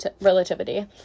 relativity